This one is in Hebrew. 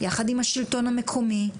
יחד עם השלטון המקומי,